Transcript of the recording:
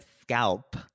scalp